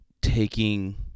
taking